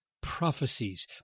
prophecies